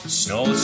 snow